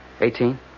Eighteen